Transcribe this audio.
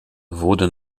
wurde